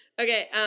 okay